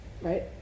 right